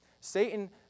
Satan